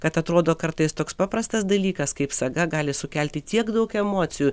kad atrodo kartais toks paprastas dalykas kaip saga gali sukelti tiek daug emocijų